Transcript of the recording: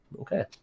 Okay